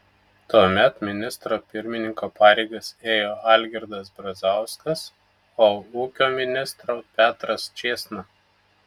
tuomet ministro pirmininko pareigas ėjo algirdas brazauskas o ūkio ministro petras čėsna